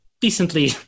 decently